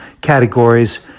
categories